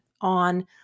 on